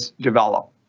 develop